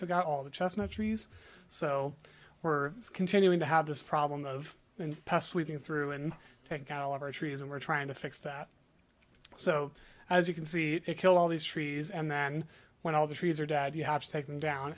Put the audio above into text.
get all the chestnut trees so we're continuing to have this problem of and pass weaving through and take out all of our trees and we're trying to fix that so as you can see it kill all these trees and then when all the trees are dad you have to take them down